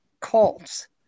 cults